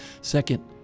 Second